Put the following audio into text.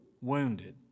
wounded